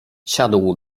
siadł